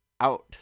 Out